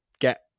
get